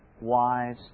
wise